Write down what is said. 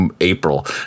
April